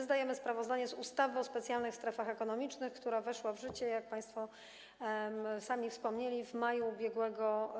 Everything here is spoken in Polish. Zdajemy sprawozdanie z ustawy o specjalnych strefach ekonomicznych, która weszła w życie, jak państwo sami wspomnieli, w maju ub.r.